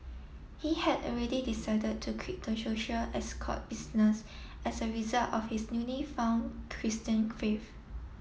he had already decided to quit the social escort business as a result of his newly found Christian faith